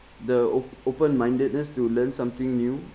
the op~ open mindedness to learn something new